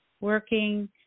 working